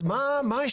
אז מה השתנה?